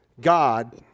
God